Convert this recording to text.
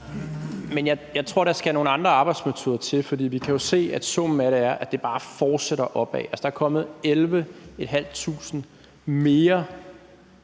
Men jeg tror, der skal nogle andre arbejdsmetoder til, for vi kan jo se, at summen af det er, at det bare fortsætter opad. Der er kommet 11.500 mere